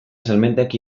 salmentak